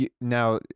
now